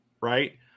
right